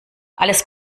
alles